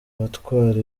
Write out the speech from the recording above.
batwara